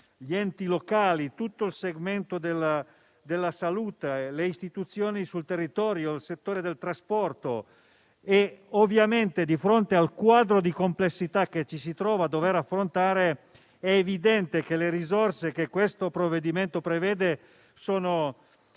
gli enti locali, tutto il segmento della salute, le istituzioni sul territorio e il settore del trasporto. Di fronte al quadro di complessità che ci si trova a dover affrontare, è evidente che le risorse che il provvedimento prevede sono